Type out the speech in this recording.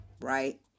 right